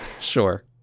sure